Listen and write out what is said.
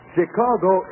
Chicago